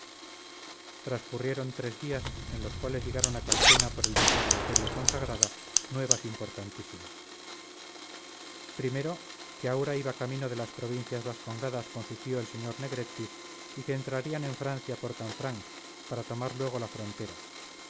transcurrieron tres días en los cuales llegaron a calpena por el mismo eleuterio fonsagrada nuevas importantísimas primero que aura iba camino de las provincias vascongadas con su tío el sr negretti y que entrarían en francia por canfranc para tomar luego la frontera